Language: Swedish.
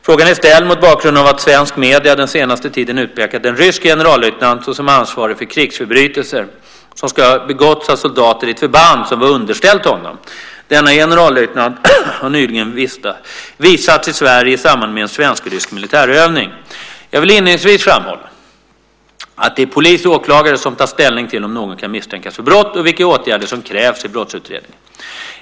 Frågan är ställd mot bakgrund av att svenska medier den senaste tiden utpekat en rysk generallöjtnant såsom ansvarig för krigsförbrytelser som ska ha begåtts av soldater i ett förband som var underställt honom. Denne generallöjtnant har nyligen vistats i Sverige i samband med en svensk-rysk militärövning. Jag vill inledningsvis framhålla att det är polis och åklagare som tar ställning till om någon kan misstänkas för brott och vilka åtgärder som krävs i brottsutredningen.